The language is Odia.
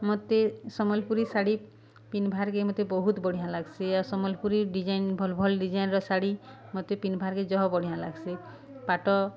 ମତେ ସମ୍ବଲ୍ପୁରୀ ଶାଢ଼ୀ ପିନ୍ଧ୍ବାର୍କେ ମତେ ବହୁତ୍ ବଢ଼ିଆଁ ଲାଗ୍ସି ଆଉ ସମ୍ବଲ୍ପୁରୀ ଡିଜାଇନ୍ ଭଲ୍ ଭଲ୍ ଡିଜାଇନ୍ର ଶାଢ଼ୀ ମତେ ପିନ୍ଧ୍ବାର୍କେ ଜହ ବଢିଆଁ ଲାଗ୍ସି ପାଟ